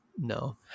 no